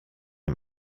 ihm